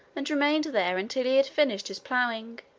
and remained there until he had finished his plowing.